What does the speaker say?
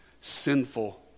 sinful